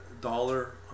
dollar